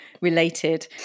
related